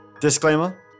Disclaimer